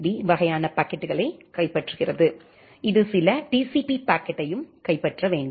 B வகையான பாக்கெட்டுகளை கைப்பற்றுகிறது இது சில டிசிபி பாக்கெட்டையும் கைப்பற்ற வேண்டும்